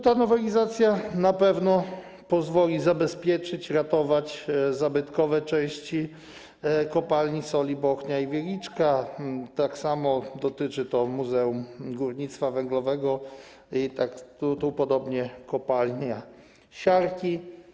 Ta nowelizacja na pewno pozwoli zabezpieczyć, ratować zabytkowe części Kopalni Soli Bochnia i Wieliczka, tak samo dotyczy to Muzeum Górnictwa Węglowego, podobnie kopalni siarki.